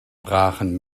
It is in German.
brachen